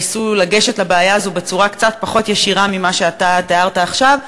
ניסו לגשת לבעיה הזו בצורה קצת פחות ישירה ממה שאתה תיארת עכשיו,